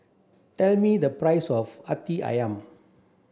tell me the price of Hati Ayam